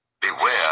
beware